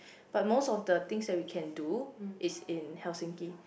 but most of the thing that we can do is in Helsinki